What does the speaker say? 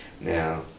Now